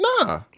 Nah